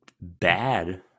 bad